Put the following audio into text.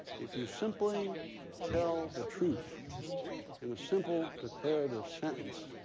if you simply tell the truth in a simple declarative sentence,